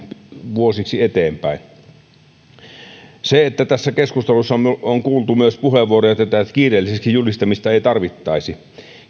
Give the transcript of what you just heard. vuosiksi eteenpäin tässä keskustelussa on on kuultu myös puheenvuoroja että tätä kiireelliseksi julistamista ei tarvittaisi